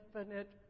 infinite